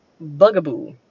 Bugaboo